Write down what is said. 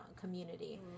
community